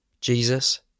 Jesus